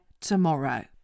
tomorrow